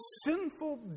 sinful